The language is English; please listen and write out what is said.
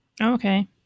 okay